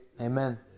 Amen